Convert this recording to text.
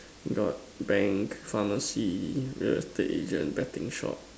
got bank pharmacy real estate agent betting shop